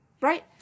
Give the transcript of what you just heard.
right